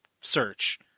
search